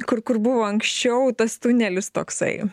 kur kur buvo anksčiau tas tunelis toksai